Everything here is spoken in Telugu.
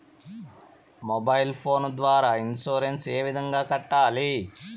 మొబైల్ ఫోను ద్వారా ఇన్సూరెన్సు ఏ విధంగా కట్టాలి